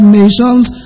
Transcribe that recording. nations